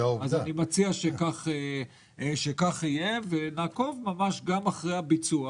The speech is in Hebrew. אני מציע שכך יהיה ונעקוב גם אחרי הביצוע